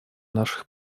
наших